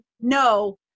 no